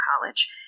college